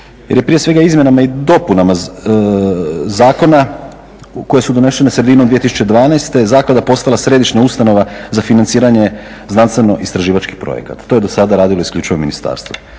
prije svega izmjenama i dopunama zakona koje su donesene sredinom 2012. zaklada postala središnja ustanova za financiranje znanstveno istraživačkih projekata, to je dosada radilo isključivo ministarstvo.